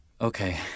Okay